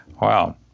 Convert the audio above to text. Wow